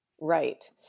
Right